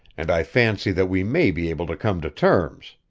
and i fancy that we may be able to come to terms.